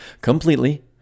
completely